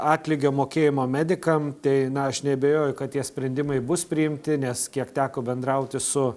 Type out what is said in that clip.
atlygio mokėjimo medikam tai na aš neabejoju kad tie sprendimai bus priimti nes kiek teko bendrauti su